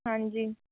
ਹਾਂਜੀ